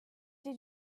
did